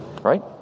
Right